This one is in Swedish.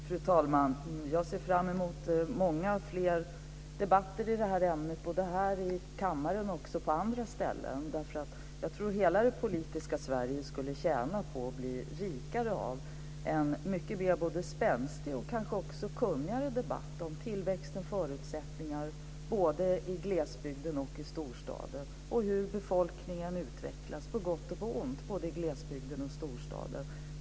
Fru talman! Jag ser fram emot många fler debatter i ämnet både här i kammaren och på andra ställen. Jag tror att hela det politiska Sverige skulle tjäna på och bli rikare av en mer spänstig och kanske också kunnigare debatt om tillväxtens förutsättningar både i glesbygden och i storstad och hur befolkningen utvecklas både på gott och på ont i både glesbygden och storstaden.